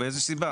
מאיזו סיבה?